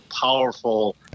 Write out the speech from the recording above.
powerful